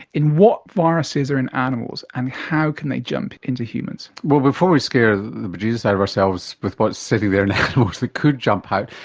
in what viruses are in animals and how can they jump into humans. well, before we scare the bejesus out of ourselves with what is sitting there in animals that could jump out,